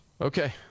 Okay